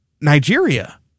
Nigeria